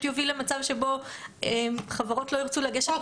יוביל למצב שבו חברות לא ירצו לגשת למכרז.